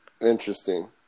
Interesting